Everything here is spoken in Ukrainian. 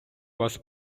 вас